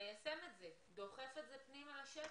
ומיישם את זה, דוחף את זה פנימה לשטח?